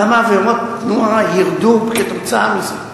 כמה עבירות תנועה ירדו כתוצאה מזה.